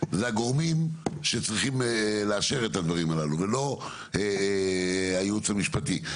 זה הגורמים שצריכים לאשר את הדברים הללו ולא הייעוץ המשפטי.